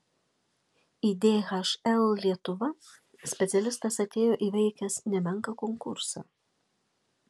į dhl lietuva specialistas atėjo įveikęs nemenką konkursą